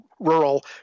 rural